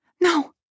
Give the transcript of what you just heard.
No